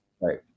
right